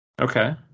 Okay